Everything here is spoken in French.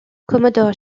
commodore